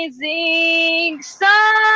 the